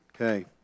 Okay